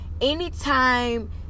Anytime